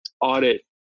audit